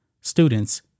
students